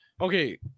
Okay